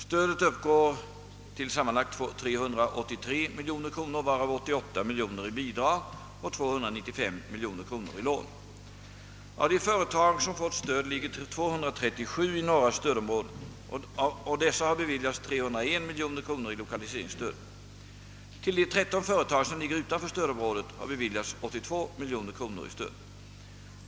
Stödet uppgår till sammanlagt 383 miljoner kronor varav 88 miljoner i bidrag och 295 miljoner kronor i lån. Av de företag som fått stöd ligger 237 i norra stödområdet, och dessa har beviljats 301 miljoner kronor i lokaliseringsstöd. Till de 13 företag, som ligger utanför stödområdet, har beviljats 82 miljoner kronor i stöd.